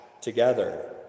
together